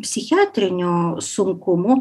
psichiatrinių sunkumų